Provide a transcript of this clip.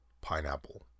pineapple